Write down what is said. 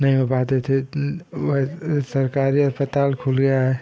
नहीं हो पाते थे वो सरकारी अस्पताल खुल गया है